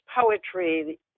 poetry